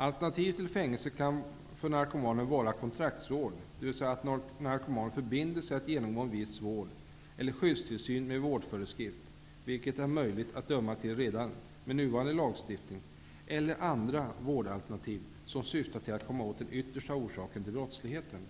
Alternativ till fängelse kan för narkomanen vara kontraktsvård, dvs. att narkomanen förbinder sig att genomgå en viss vård eller skyddstillsyn med vårdföreskrift, vilket är möjligt att döma till redan med nuvarande lagstiftning, eller andra vårdalternativ som syftar till att komma åt den yttersta orsaken till brottsligheten.